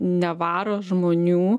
nevaro žmonių